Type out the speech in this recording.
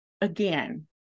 again